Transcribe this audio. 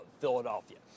Philadelphia